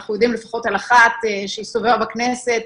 אנחנו יודעים לפחות על אחת שהסתובבה בכנסת.